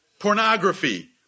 Pornography